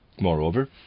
Moreover